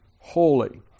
holy